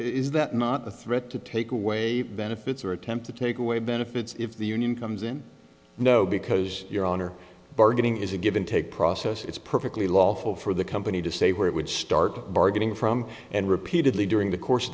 is that not a threat to take away benefits or attempt to take away benefits if the union comes in no because your honor bargaining is a give and take process it's perfectly lawful for the company to say where it would start bargaining from and repeatedly during the course